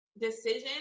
decision